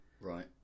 right